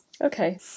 Okay